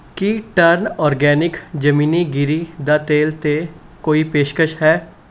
ਕੀ ਟਰਨ ਔਰਗੈਨਿਕ ਜ਼ਮੀਨੀਗਿਰੀ ਦਾ ਤੇਲ 'ਤੇ ਕੋਈ ਪੇਸ਼ਕਸ਼ ਹੈ